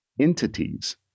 entities